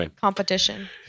competition